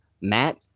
Matt